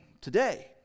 today